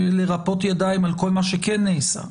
לרפות ידיים על כל מה שכן נעשה.